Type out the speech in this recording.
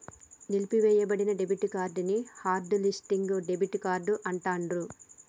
నిలిపివేయబడిన debit card ని hot listing debit card అంటాండ్రు